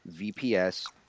VPS